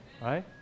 right